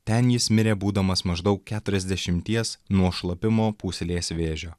ten jis mirė būdamas maždaug keturiasdešimties nuo šlapimo pūslės vėžio